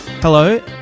Hello